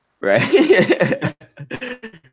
Right